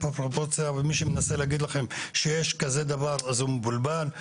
מי שמנסה להגיד לכם שיש כזה דבר, אז הוא מבולבל.